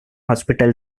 hospital